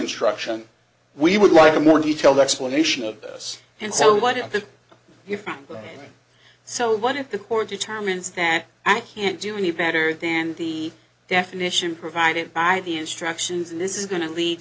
instruction we would like a more detailed explanation of this and so what have you found so what if the court determines that i can't do any better than the definition provided by the instructions and this is going to lead